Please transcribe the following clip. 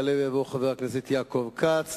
יעלה ויבוא חבר הכנסת יעקב כץ,